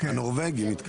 הנורבגים, הנורבגים.